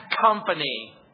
company